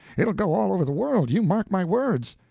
it ll go all over the world you mark my words.